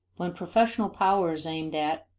when professional power is aimed at,